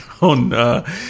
on